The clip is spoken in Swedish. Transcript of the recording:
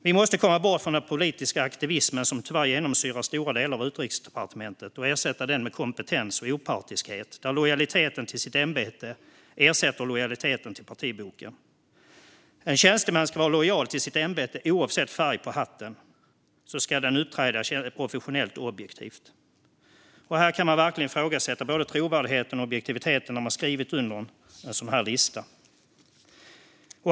Vi måste komma bort från den politiska aktivism som tyvärr genomsyrar stora delar av Utrikesdepartementet och ersätta den med kompetens och opartiskhet, där lojaliteten mot ämbetet ersätter lojaliteten mot partiboken. En tjänsteman ska vara lojal mot sitt ämbete, och oavsett färg på hatten ska tjänstemannen uppträda professionellt och objektivt. Man kan verkligen ifrågasätta både trovärdigheten och objektiviteten hos någon som har skrivit under en sådan här lista.